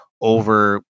over